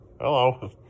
Hello